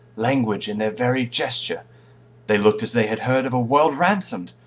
language in their very gesture they looked as they had heard of a world ransomed,